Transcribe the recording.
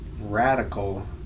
radical